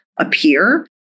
appear